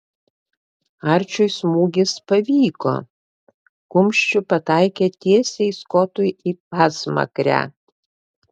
arčiui smūgis pavyko kumščiu pataikė tiesiai skotui į pasmakrę